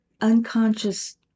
unconscious